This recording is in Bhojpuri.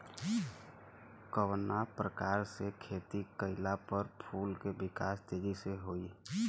कवना प्रकार से खेती कइला पर फूल के विकास तेजी से होयी?